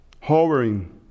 hovering